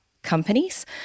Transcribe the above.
Companies